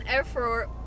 effort